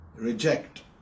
reject